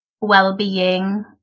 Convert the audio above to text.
well-being